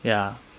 ya